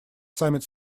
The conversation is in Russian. саммит